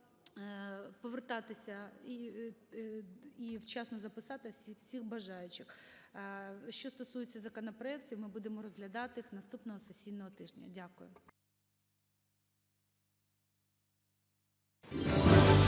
повертатися і вчасно записатися всіх бажаючих. Що стосується законопроектів, ми будемо розглядати їх наступного сесійного тижня. Дякую.